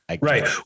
Right